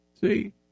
See